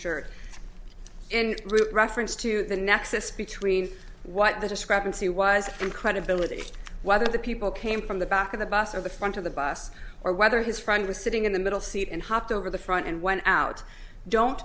shirt in reference to the nexus between what the discrepancy was and credibility whether the people came from the back of the bus or the front of the bus or whether his friend was sitting in the middle seat and hopped over the front and went out don't